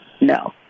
No